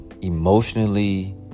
emotionally